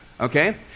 Okay